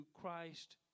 Christ